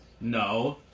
No